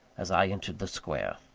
as i entered the square.